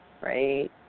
right